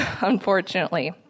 unfortunately